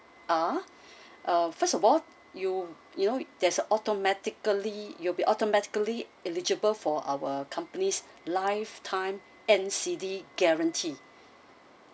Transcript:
are uh first of all you you know there's a automatically you'll be automatically eligible for our company's lifetime N_C_D guarantee